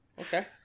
Okay